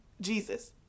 Jesus